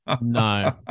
no